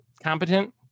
competent